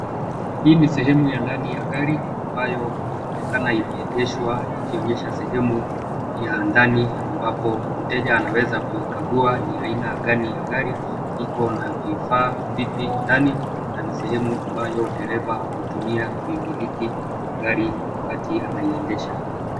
Hii ni sehemu ya ndani ya gari ambayo inaonekana imeegeshwa ikionyesha sehemu ya ndani ambapo mteja anaweza kuikagua ni aina gani ya gari, iko na vifaa vipi ndani na ni sehemu ambayo dereva hutumia kuimiliki gari wakati anaiendelesha.